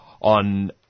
on